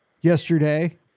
yesterday